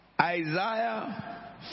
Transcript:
Isaiah